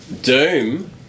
Doom